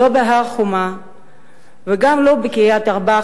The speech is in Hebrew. לא בהר-חומה וגם לא בקריית-ארבע,